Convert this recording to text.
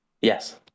Yes